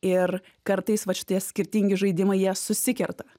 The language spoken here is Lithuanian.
ir kartais vat šitie skirtingi žaidimai jie susikerta